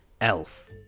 Elf